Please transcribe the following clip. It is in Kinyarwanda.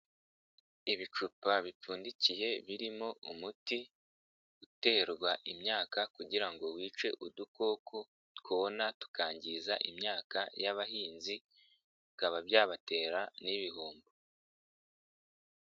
Ibicupa bipfundikiye birimo umuti uterwa imyaka kugira ngo wice udukoko twona tukangiza imyaka y'abahinzi, bikaba byabatera n'ibihombo.